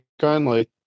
kindly